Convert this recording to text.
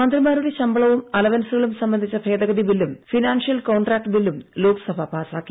മന്ത്രിമാരുടെ ശമ്പളവും അലവൻസുകളും സംബന്ധിച്ച ഭേദഗതി ബില്ലും ഫിനാൻഷ്യൽ കോൺട്രാക്ട് ബില്ലും ലോക്സഭ പാസ്സാക്കി